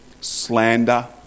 Slander